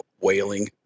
wailing